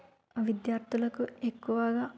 ఆ విద్యార్థులకు ఎక్కువగా